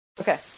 Okay